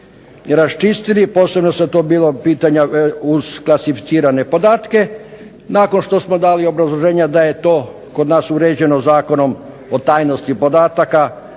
raščistili, posebno su tu bila pitanja uz klasificirane podatke. Nakon što smo dali obrazloženje da je to kod nas uređeno Zakonom o tajnosti podataka,